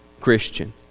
Christian